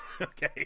okay